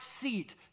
seat